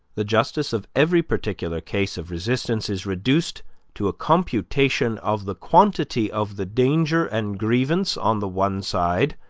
the justice of every particular case of resistance is reduced to a computation of the quantity of the danger and grievance on the one side,